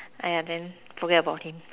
then forget about him